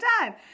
time